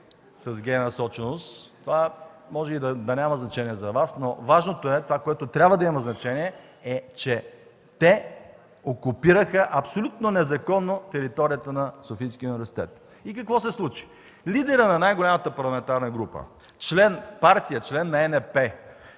насоченост. Това може да няма значение за Вас, но важното – това, което трябва да има значение, е, че те окупираха абсолютно незаконно територията на Софийския университет. И какво се случи? Лидерът на най-голямата парламентарна група, на партия-член на ЕНП,